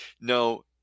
no